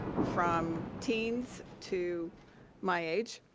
from teens to my age,